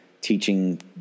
teaching